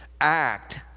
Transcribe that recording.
act